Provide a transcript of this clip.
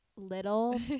little